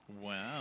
wow